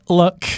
look